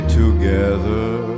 together